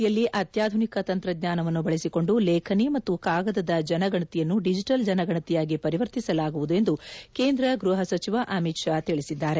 ಮುಂಬರುವ ಜನಗಣತಿಯಲ್ಲಿ ಅತ್ಯಾಧುನಿಕ ತಂತ್ರಜ್ಞಾನವನ್ನು ಬಳಸಿಕೊಂಡು ಲೇಖನಿ ಮತ್ತು ಕಾಗದದ ಜನಗಣತಿಯನ್ನು ದಿಜಿಟಲ್ ಜನಗಣತಿಯಾಗಿ ಪರಿವರ್ತಿಸಲಾಗುವುದು ಎಂದು ಕೇಂದ್ರ ಗ್ಬಹ ಸಚಿವ ಅಮಿತ್ ಶಾ ತಿಳಿಸಿದ್ದಾರೆ